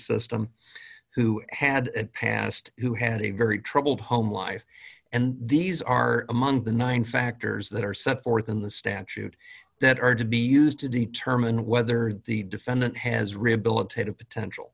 system who had a past who had a very troubled home life and these are among the nine factors that are set forth in the statute that are to be used to determine whether the defendant has rehabilitated potential